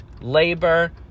labor